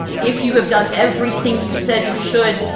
if you have done everything you said you should,